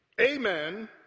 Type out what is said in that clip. Amen